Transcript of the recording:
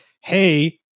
hey